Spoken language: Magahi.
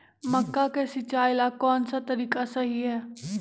मक्का के सिचाई ला कौन सा तरीका सही है?